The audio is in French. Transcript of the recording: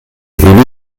rue